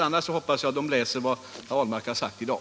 Annars hoppas jag att SAF läser vad herr Ahlmark har sagt i dag.